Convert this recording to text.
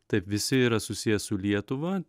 taip visi yra susiję su lietuva